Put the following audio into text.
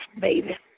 baby